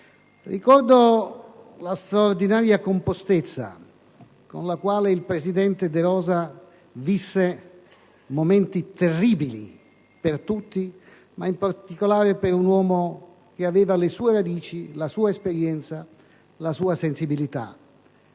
ricordo la straordinaria compostezza con cui il presidente De Rosa visse momenti terribili per tutti, ma in particolare per un uomo con le sue radici, la sua esperienza e la sua sensibilità.